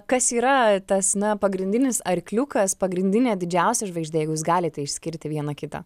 kas yra tas na pagrindinis arkliukas pagrindinė didžiausia žvaigždė jeigu jūs galite išskirti vieną kitą